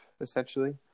essentially